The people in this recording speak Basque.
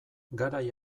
garai